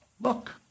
look